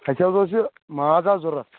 اَسہِ حظ اوس یہِ ماز حظ ضروٗرت